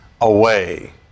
away